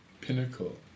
pinnacle